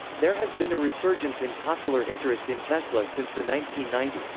there has been a resurgence in popular interest in tesla since the nineteen ninety